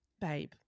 babe